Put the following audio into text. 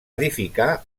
edificar